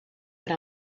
what